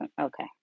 okay